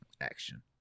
action